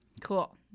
cool